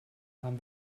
haben